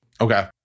Okay